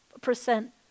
percent